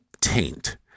Taint